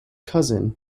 cousin